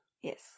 Yes